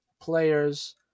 players